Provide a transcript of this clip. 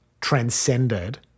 transcended